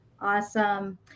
Awesome